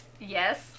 Yes